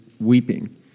weeping